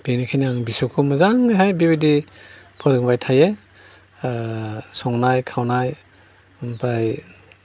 बेनिखायनो आं बिसौखौहाय मोजां बिबायदि फोरोंबाय थायो संनाय खावनाय ओमफ्राय